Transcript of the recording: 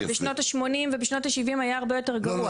ובשנות השמונים ובשנות השבעים היה הרבה יותר גרוע,